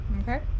Okay